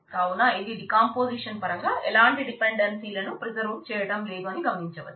కావున ఇది డీకంపోజిషన్ పరంగా ఎలాంటి డిపెండెన్సీలను ప్రిసర్వ్ చేయటం లేదు అని గమనించవచ్చు